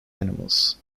animals